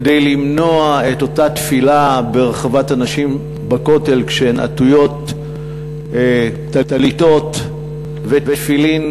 כדי למנוע את אותה תפילה ברחבת הנשים בכותל כשהן עטויות טליתות ותפילין,